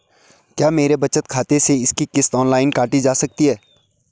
क्या मेरे बचत खाते से इसकी किश्त ऑनलाइन काटी जा सकती है?